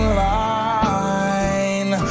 line